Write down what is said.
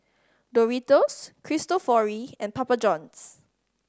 Doritos Cristofori and Papa Johns